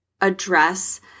address